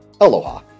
Aloha